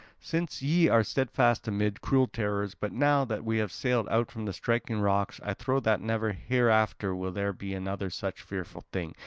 since ye are steadfast amid cruel terrors. but now that we have sailed out from the striking rocks, i trow that never hereafter will there be another such fearful thing,